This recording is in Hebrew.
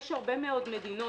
יש הרבה מאוד מדינות